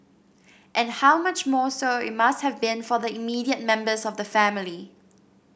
and how much more so it must have been for the immediate members of the family